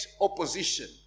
opposition